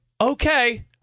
okay